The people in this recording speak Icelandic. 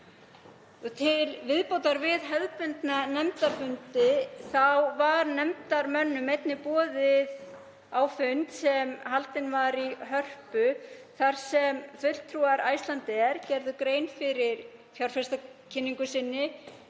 Til viðbótar við hefðbundna nefndarfundi var nefndarmönnum boðið á fund sem haldinn var í Hörpu þar sem fulltrúar Icelandair gerðu grein fyrir fjárfestakynningu sinni